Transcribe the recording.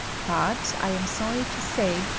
but, i am sorry to say,